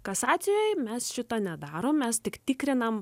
kasacijoj mes šito nedarom mes tik tikrinam